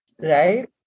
right